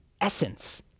essence